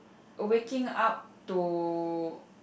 waking up to